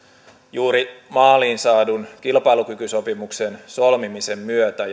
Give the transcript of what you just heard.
juuri maaliin saadun kilpailukykysopimuksen solmimisen myötä